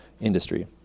industry